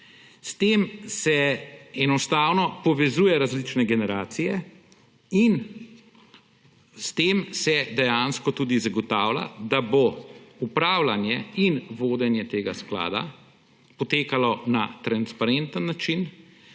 S tem se enostavno povezuje različne generacije in s tem se dejansko tudi zagotavlja, da bo upravljanje in vodenje tega sklada potekalo na transparenten način,